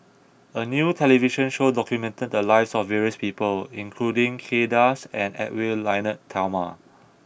a new television show documented the lives of various people including Kay Das and Edwy Lyonet Talma